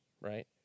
right